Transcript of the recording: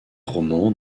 romans